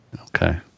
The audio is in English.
Okay